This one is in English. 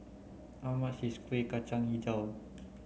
how much is Kuih Kacang Hijau